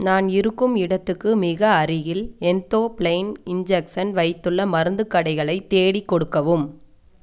நான் இருக்கும் இடத்துக்கு மிக அருகில் என்தோ பிளைன் இன்ஜெசன் வைத்துள்ள மருந்துக் கடைகளை தேடி கொடுக்கவும்